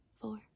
four